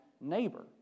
neighbor